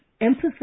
emphasize